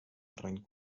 terreny